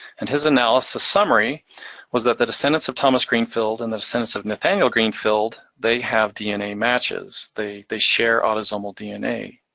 and his analysis summary was that the descendants of thomas greenfield and the descendants of nathaniel greenfield, they have dna matches. they they share autosomal dna.